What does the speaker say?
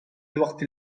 الوقت